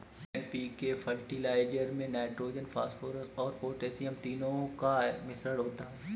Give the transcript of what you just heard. NPK fertiliser में nitrogen, phosphorus और potassium तीनों का मिश्रण होता है